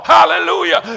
Hallelujah